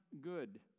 good